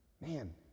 Man